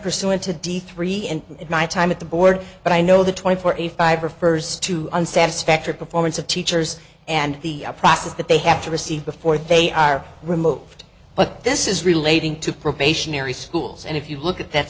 pursuant to de three and my time at the board but i know the twenty four eighty five refers to an satisfactory performance of teachers and the process that they have to receive before they are removed but this is relating to probationary schools and if you look at that